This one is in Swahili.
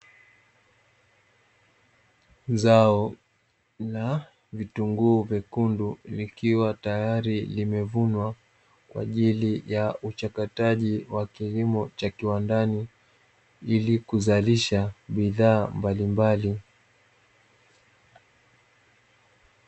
Zao la vitunguu vyekundu likiwa tayari limevunwa kwa ajili ya uchakataji wa kilimo cha kiwandani, ili kuzalisha bidhaa mbalimbali.